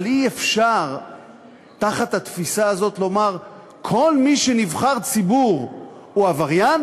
אבל אי-אפשר תחת התפיסה הזאת לומר שכל מי שהוא נבחר ציבור הוא עבריין